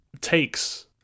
takes